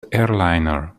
airliner